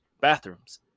bathrooms